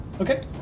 Okay